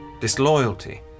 disloyalty